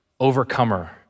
overcomer